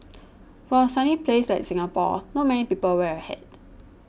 for a sunny place like Singapore not many people wear a hat